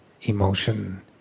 emotion